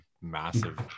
massive